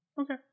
Okay